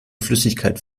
flüssigkeit